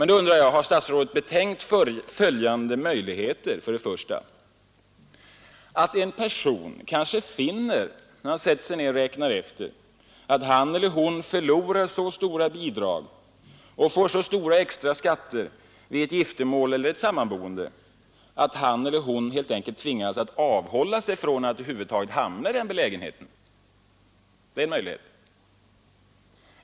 Då undrar jag om statsrådet har betänkt följande möjligheter: En person kanske finner, när vederbörande sätter sig ner och räknar efter, att han eller hon förlorar så stora bidrag och får så stora extra skatter vid ett giftermål eller ett sammanboende att han eller hon helt enkelt tvingas att avhålla sig från att över huvud taget hamna i den belägenheten. — Det är en möjlighet.